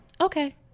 okay